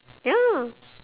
ya